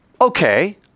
okay